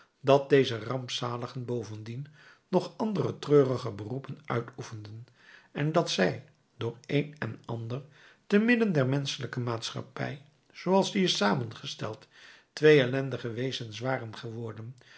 dat deze rampzaligen bovendien nog andere treurige beroepen uitoefenden en dat zij door een en ander te midden der menschelijke maatschappij zooals die is samengesteld twee ellendige wezens waren geworden